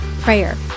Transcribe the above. prayer